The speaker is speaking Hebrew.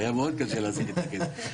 היה מאוד קשה להשיג את הכסף.